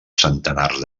centenars